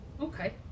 okay